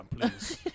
please